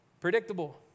Predictable